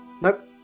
Nope